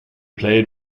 played